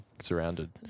surrounded